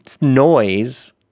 noise